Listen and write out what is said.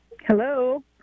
Hello